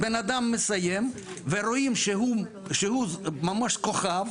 בן האדם מסיים ורואים שהוא ממש כוכב,